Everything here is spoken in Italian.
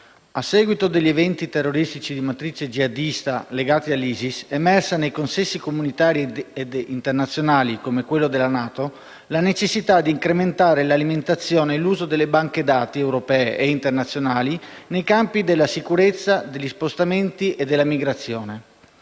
a seguito degli eventi terroristici di matrice jihadista legati all'ISIS, è emersa nei consessi comunitari e internazionali, come quello della NATO, la necessità di incrementare l'alimentazione e l'uso delle banche dati europee e internazionali nei campi della sicurezza, degli spostamenti e della migrazione.